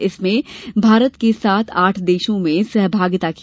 इसमें भारत के साथ आठ देशों में सहभागिता की